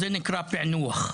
ואז זה נקרא פיענוח.